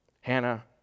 Hannah